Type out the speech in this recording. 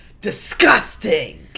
Disgusting